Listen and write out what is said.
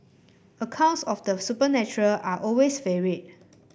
accounts of the supernatural are always varied